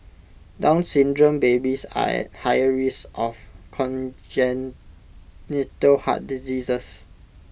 down syndrome babies are at higher risk of congenital heart diseases